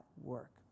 work